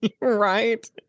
Right